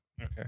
Okay